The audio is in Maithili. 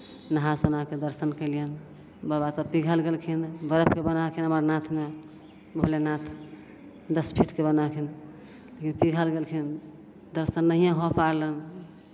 नहा सुना कऽ दर्शन केलियनि बाबा तऽ पिघलि गेलखिन बरफके बना कऽ अमरनाथमे भोलेनाथ दस फिटके बनलखिन पिघलि गेलखिन दर्शन नहिए हो पयलनि